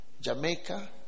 Jamaica